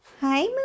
hi